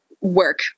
Work